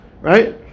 right